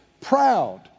proud